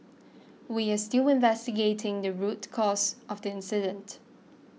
we are still investigating the root cause of the incident